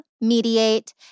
mediate